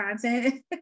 content